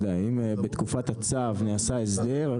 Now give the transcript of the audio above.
אם בתקופת הצו נעשה הסדר,